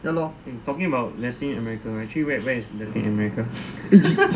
ya lor talking about latin america right actually where is latin america